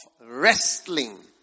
wrestling